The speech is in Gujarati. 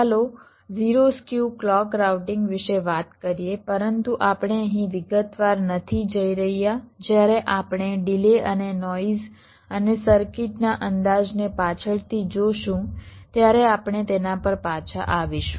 ચાલો 0 સ્ક્યુ ક્લૉક રાઉટીંગ વિશે વાત કરીએ પરંતુ આપણે અહીં વિગતવાર નથી જઈ રહ્યા જ્યારે આપણે ડિલે અને નોઇઝ અને સર્કિટના અંદાજને પાછળથી જોશું ત્યારે આપણે તેના પર પાછા આવીશું